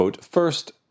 First